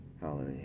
Hallelujah